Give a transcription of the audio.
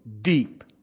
deep